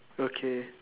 okay